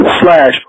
slash